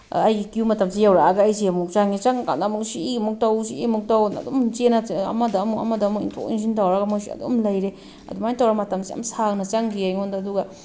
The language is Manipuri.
ꯑꯩꯒꯤ ꯀ꯭ꯋꯨ ꯃꯇꯝꯁꯦ ꯌꯧꯔꯛꯑꯒ ꯑꯩꯁꯦ ꯑꯃꯨꯛ ꯆꯪꯉꯦ ꯆꯪꯉ ꯀꯥꯟꯗ ꯑꯃꯨꯛ ꯁꯤ ꯑꯃꯨꯛ ꯇꯧ ꯁꯤ ꯑꯃꯨꯛ ꯇꯧ ꯑꯗꯨꯝ ꯆꯦꯟꯅ ꯑꯃꯗ ꯑꯃꯨꯛ ꯑꯃꯗ ꯑꯃꯨꯛ ꯏꯟꯊꯣꯛ ꯏꯟꯁꯤꯟ ꯇꯧꯔꯒ ꯃꯣꯏꯁꯦ ꯑꯗꯨꯝ ꯂꯩꯔꯦ ꯑꯗꯨꯃꯥꯏꯅ ꯇꯧꯔ ꯃꯇꯝꯁꯦ ꯌꯥꯝ ꯁꯥꯡꯅ ꯆꯪꯈꯤꯑꯦ ꯑꯩꯉꯣꯟꯗ ꯑꯗꯨꯒ